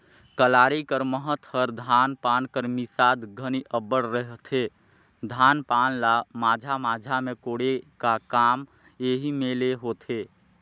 कलारी कर महत हर धान पान कर मिसात घनी अब्बड़ रहथे, धान पान ल माझा माझा मे कोड़े का काम एही मे ले होथे